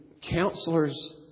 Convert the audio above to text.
counselors